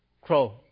Crow